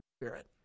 Spirit